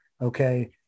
Okay